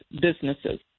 businesses